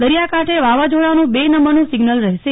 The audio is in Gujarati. દરિયાકાંઠે વાવાઝોડાનું બે નંબરનું સિગ્નલ રહેશે